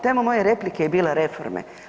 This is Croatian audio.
Tema moje replike je bila reforme.